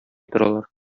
торалар